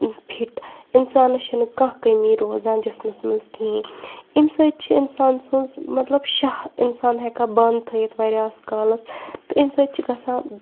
fit اِنسانَس چھِنہٕ کانٛہہ کٔمی روزان جِسمَس منٛز کِہیٖنۍ امہِ سۭتۍ چھِ اِنسان سٕنٛز مطلب شاہ اِنسان ہیٚکان بَنٛد تھٲیِتھ واریاہَس کالَس تہٕ امہِ سۭتۍ چھِ گژھان